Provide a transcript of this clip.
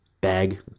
bag